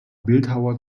bildhauer